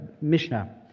Mishnah